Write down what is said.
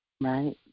Right